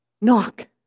Knock